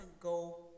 go